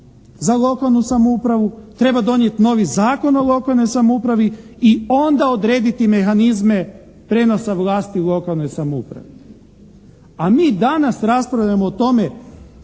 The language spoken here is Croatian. za lokalnu samoupravu, treba donijeti novi zakon o lokalnoj samoupravi i onda odrediti mehanizme prijenosa vlasti u lokalnoj samoupravi. A mi danas raspravljamo o tome